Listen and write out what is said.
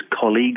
colleagues